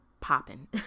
popping